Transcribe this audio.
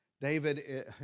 David